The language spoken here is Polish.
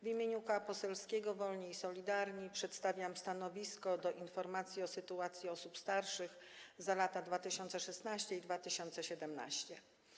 W imieniu Koła Poselskiego Wolni i Solidarni przedstawiam stanowisko dotyczące informacji o sytuacji osób starszych za lata 2016 i 2017.